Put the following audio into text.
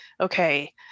okay